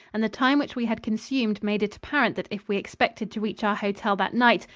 and the time which we had consumed made it apparent that if we expected to reach our hotel that night,